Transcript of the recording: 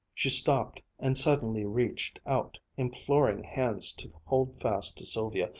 she stopped and suddenly reached out imploring hands to hold fast to sylvia.